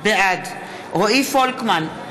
בעד רועי פולקמן,